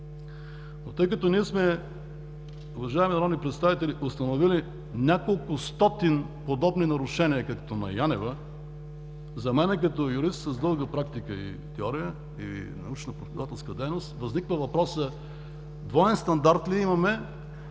Тъй като ние, уважаеми народни представители, сме установили няколкостотин подобни нарушения, както на Янева, за мен като юрист с дълга практика и теория, и научна преподавателска дейност, възниква въпросът: двоен стандарт ли имаме